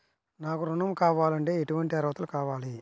నాకు ఋణం కావాలంటే ఏటువంటి అర్హతలు కావాలి?